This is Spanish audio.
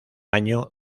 año